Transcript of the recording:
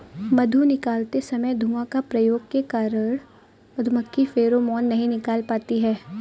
मधु निकालते समय धुआं का प्रयोग के कारण मधुमक्खी फेरोमोन नहीं निकाल पाती हैं